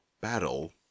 battle